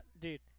dude